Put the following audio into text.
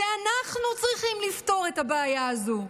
אנחנו צריכים לפתור את הבעיה הזאת,